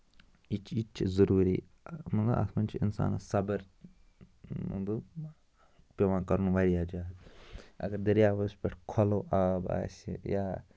یہِ تہِ چھِ یہِ تہِ چھِ ضروٗری مطلب اَتھ منٛز چھُ اِنسانَس صبر پٮ۪وان کَرُن واریاہ زیادٕ اَگر دریابَس پٮ۪ٹھ کھۄلو آب آسہِ یا